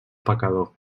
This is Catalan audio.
pecador